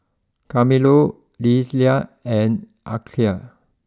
Carmelo Lelia and Arkie